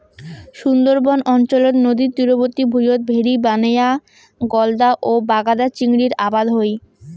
সুন্দরবন অঞ্চলত নদীর তীরবর্তী ভুঁইয়ত ভেরি বানেয়া গলদা ও বাগদা চিংড়ির আবাদ হই